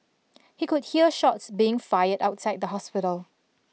he could hear shots being fired outside the hospital